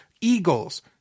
Eagles